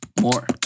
more